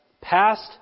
passed